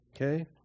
Okay